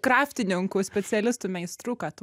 kraftininkų specialistų meistrų ką tu